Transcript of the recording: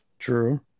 True